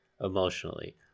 Emotionally